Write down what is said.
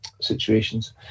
situations